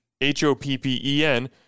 H-O-P-P-E-N